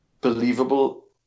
believable